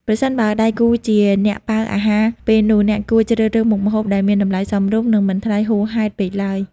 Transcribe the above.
ប្រសិនបើដៃគូជាអ្នកប៉ាវអាហារពេលនោះ អ្នកគួរជ្រើសរើសមុខម្ហូបដែលមានតម្លៃសមរម្យ និងមិនថ្លៃហួសហេតុពេកឡើយ។